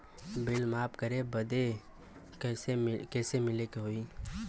Bill माफ करे बदी कैसे मिले के होई?